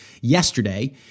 yesterday